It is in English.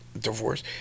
divorce